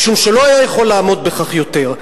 משום שלא היה יכול לעמוד בכך יותר.